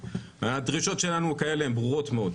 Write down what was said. הדרישות שלנו הן ברורות מאוד.